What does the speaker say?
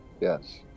yes